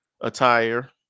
attire